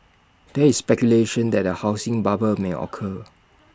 there is speculation that A housing bubble may occur